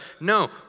No